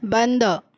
बंद